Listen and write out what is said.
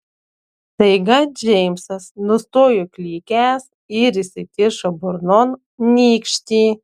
staiga džeimsas nustojo klykęs ir įsikišo burnon nykštį